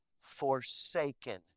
forsaken